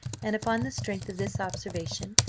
and upon the strength of this observation,